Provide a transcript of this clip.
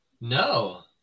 No